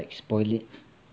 spoil it